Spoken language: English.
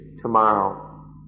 tomorrow